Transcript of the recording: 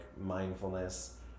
mindfulness